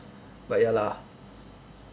but ya lah